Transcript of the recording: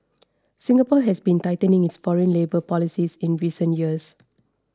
Singapore has been tightening its foreign labour policies in recent years